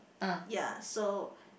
ya so